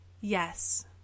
Yes